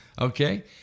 okay